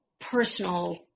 personal